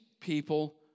people